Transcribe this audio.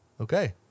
Okay